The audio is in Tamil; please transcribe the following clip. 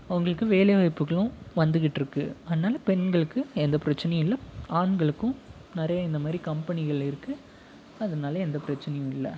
அவங்களுக்கு வேலை வாய்ப்புகளும் வந்து கிட்டு இருக்குது அதனால பெண்களுக்கு எந்த பிரச்சனையும் இல்லை ஆண்களுக்கும் நிறையா இந்தமாதிரி கம்பெனிகள் இருக்குது அதனால எந்த பிரச்சனையும் இல்லை